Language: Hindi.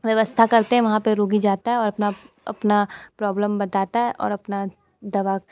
व्यवस्था करते हैं वहाँ पर रोगी जाता है और अपना अपना प्रॉब्लम बताता है और अपना दवा